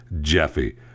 Jeffy